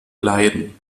leiden